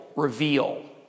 reveal